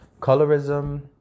colorism